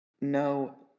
No